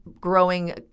growing